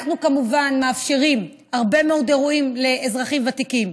אנחנו כמובן מאפשרים הרבה מאוד אירועים לאזרחים ותיקים.